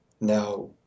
now